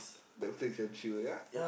Netflix and chill yeah